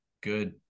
good